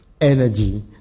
energy